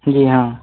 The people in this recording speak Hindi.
जी हाँ